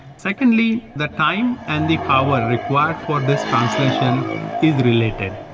secondly, the time and the power required for this translation is related.